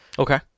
Okay